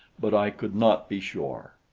but i could not be sure.